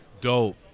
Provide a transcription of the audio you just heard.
Dope